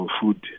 food